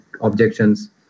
objections